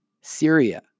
Syria